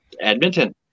Edmonton